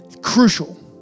Crucial